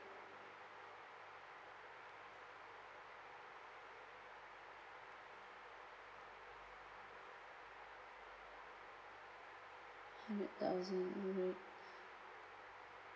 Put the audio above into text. hundred thousand